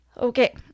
Okay